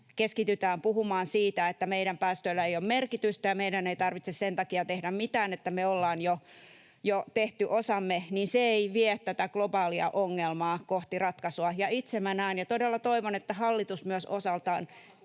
keskitytään puhumaan siitä, että meidän päästöillä ei ole merkitystä ja meidän ei tarvitse sen takia tehdä mitään, että me ollaan jo tehty osamme, ei vie tätä globaalia ongelmaa kohti ratkaisua. Ja itse minä näen ja todella toivon, että hallitus myös osaltaan